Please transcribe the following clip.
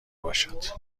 باشد